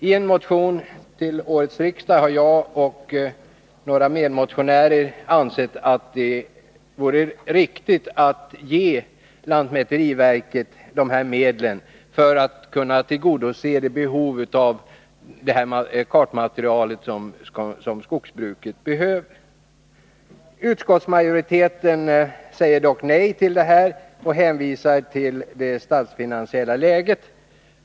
I en motion till detta riksmöte har jag och några medmotionärer framfört att det vore riktigt att ge lantmäteriverket dessa medel för att det skall kunna tillgodose det behov av sådant här kartmaterial som skogsbruket har. Utskottsmajoriteten säger dock nej till detta med hänvisning till det statsfinansiella läget.